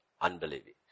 unbelieving